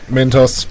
Mentos